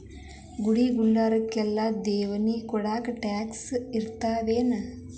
ಗುಡಿ ಗುಂಡಾರಕ್ಕ ದೇಣ್ಗಿ ಕೊಡೊದಕ್ಕೆಲ್ಲಾ ಟ್ಯಾಕ್ಸ್ ಇರ್ತಾವೆನು?